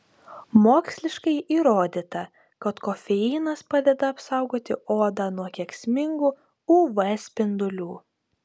moksliškai įrodyta kad kofeinas padeda apsaugoti odą nuo kenksmingų uv spindulių